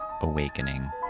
awakening